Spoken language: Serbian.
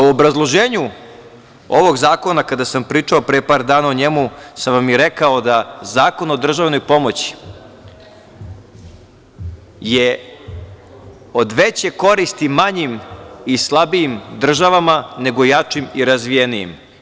U obrazloženju ovog zakona, kada sam pričao pre par dana o njemu, sam vam i rekao da Zakon o državnoj pomoći je od veće koristi manjim i slabijim državama, nego jačim i razvijenijim.